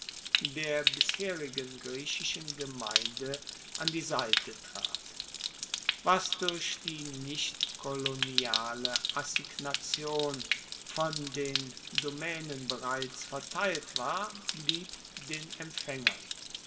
der bisherigen griechischen gemeinde an die seite trat was durch die nichtkoloniale assignation von den domänen bereits verteilt war blieb den empfängern